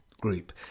group